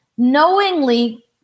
Knowingly